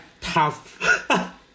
tough